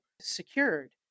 secured